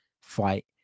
fight